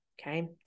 Okay